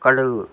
Cuddalore